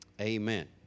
amen